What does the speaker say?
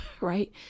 right